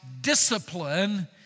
discipline